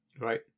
Right